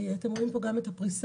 אתם רואים פה גם את הפריסה,